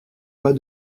pas